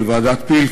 של ועדת פיל,